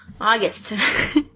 August